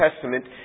Testament